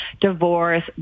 divorce